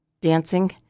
dancing